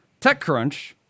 TechCrunch